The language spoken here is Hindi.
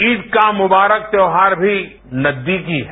ईद का मुबारक त्यौहार भी नजदीक ही है